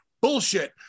Bullshit